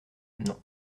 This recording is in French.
non